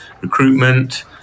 recruitment